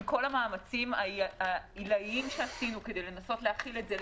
עם כל המאמצים העילאיים שעשינו כדי לנסות להכיל את זה,